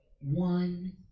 one